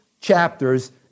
chapters